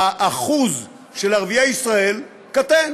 האחוז של ערביי ישראל קטֵן